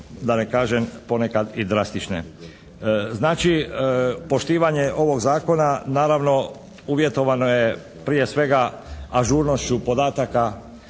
da ne kažem ponekad i drastične. Znači poštivanje ovog zakona naravno uvjetovano je prije svega ažurnošću podataka,